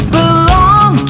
belong